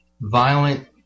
violent